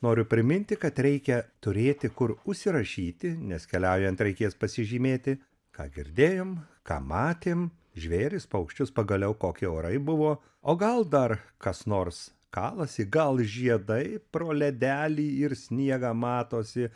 noriu priminti kad reikia turėti kur užsirašyti nes keliaujant reikės pasižymėti ką girdėjom ką matėm žvėris paukščius pagaliau kokie orai buvo o gal dar kas nors kalasi gal žiedai pro ledelį ir sniegą matosi